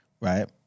right